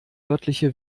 örtliche